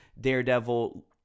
Daredevil